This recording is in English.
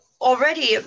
already